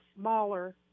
smaller